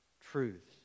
truths